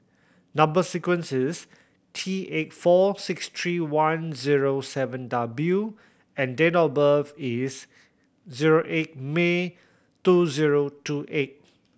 number sequence is T eight four six three one zero seven W and date of birth is zero eight May two zero two eight